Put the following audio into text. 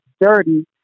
dirty